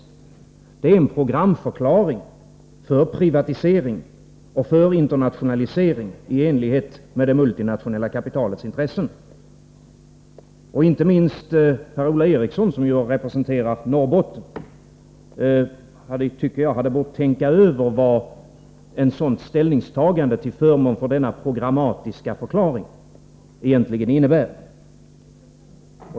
Det är en programförklaring för privatisering och internationalisering i enlighet med det multinationella kapitalets intressen. Inte minst Per-Ola Eriksson, som ju representerar Norrbotten, borde ha tänkt över vad ett sådant ställningstagande till förmån för denna programmatiska förklaring egentligen innebär.